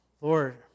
Lord